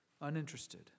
uninterested